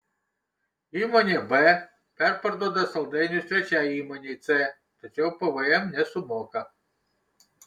įmonė b perparduoda saldainius trečiajai įmonei c tačiau pvm nesumoka